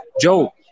joe